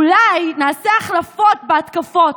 אולי נעשה החלפות בהתקפות,